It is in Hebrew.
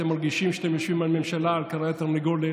אתם מרגישים שאתם יושבים על ממשלה על כרעי תרנגולת,